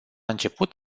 început